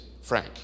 Frank